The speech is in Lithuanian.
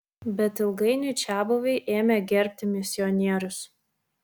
bet ilgainiui čiabuviai ėmė gerbti misionierius